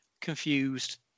confused